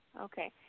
Okay